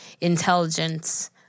intelligence